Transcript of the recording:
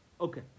okay